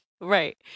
Right